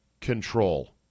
control